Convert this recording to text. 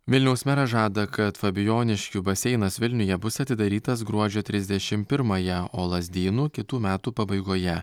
vilniaus meras žada kad fabijoniškių baseinas vilniuje bus atidarytas gruodžio trisdešim pirmąją o lazdynų kitų metų pabaigoje